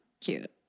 cute